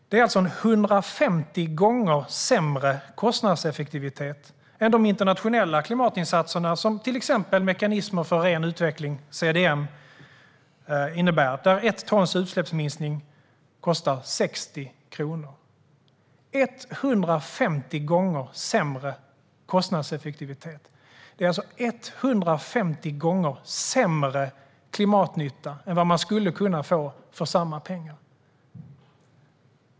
Det är alltså 150 gånger sämre kostnadseffektivitet än vad de internationella klimatinsatserna innebär, till exempel mekanismer för ren utveckling, CDM, där 1 tons utsläppsminskning kostar 60 kronor. 150 gånger sämre kostnadseffektivitet! Det är 150 gånger sämre klimatnytta än vad man skulle kunna få för samma pengar.